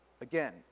Again